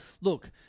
look